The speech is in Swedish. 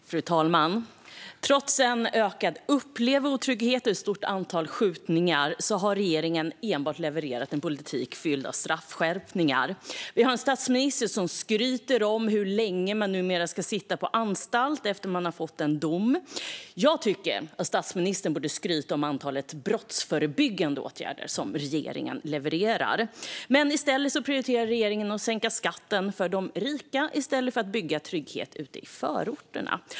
Fru talman! Trots en ökad upplevd otrygghet och ett stort antal skjutningar har regeringen enbart levererat en politik fylld av straffskärpningar. Vi har en statsminister som skryter om hur länge man numera ska sitta på anstalt efter det att man har fått en dom. Jag tycker att statsministern borde skryta om antalet brottsförebyggande åtgärder som regeringen levererar. Men regeringen prioriterar att sänka skatten för de rika i stället för att bygga trygghet ute i förorterna.